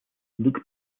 luke